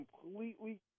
completely